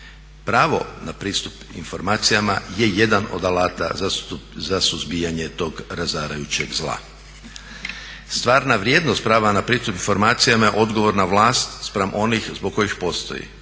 Pravo na pristup informacijama je jedan od alata za suzbijanje tog razarajućeg zla. Stvarna vrijednost prava na pristup informacijama je odgovorna vlast spram onih zbog kojih postoji,